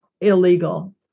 illegal